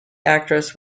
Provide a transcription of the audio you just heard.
actress